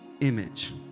image